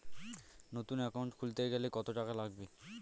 নতুন একাউন্ট খুলতে গেলে কত টাকা লাগবে?